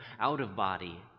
out-of-body